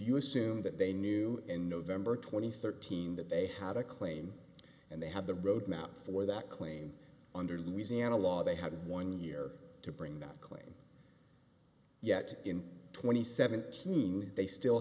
you assume that they knew in november twenty third team that they had a claim and they have the road map for that claim under louisiana law they had one year to bring that claim yet in twenty seventeen they still